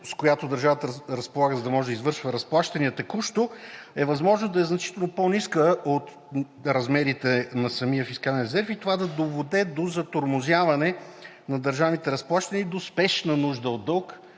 с която държавата разполага, за да може да извършва разплащания текущо, е възможно да е значително по-ниска от размерите на самия фискален резерв и това да доведе до затормозяване на държавните разплащания и до спешна нужда от дълг.